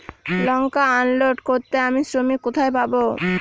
লঙ্কা unload করতে আমি শ্রমিক কোথায় পাবো?